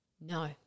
No